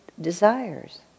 desires